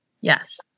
yes